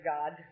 God